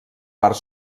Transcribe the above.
part